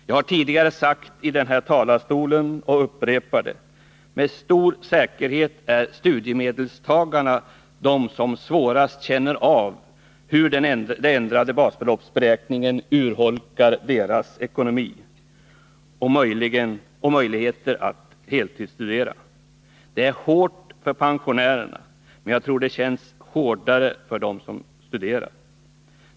Jag har tidigare sagt i den här talarstolen och upprepar det: Med stor säkerhet är studiemedelstagarna de som mest känner av hur den ändrade basbeloppsberäkningen urholkar deras ekonomi och möjligheter att heltidsstudera. Det är hårt för pensionärerna, men jag tror att det känns hårdare för dem som studerar.